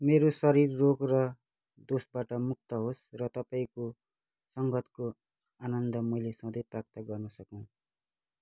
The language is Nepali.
मेरो शरीर रोग र दोषबाट मुक्त होस् र तपाईँँको सङ्गतको आनन्द मैले सधैँ प्राप्त गर्न सकूँ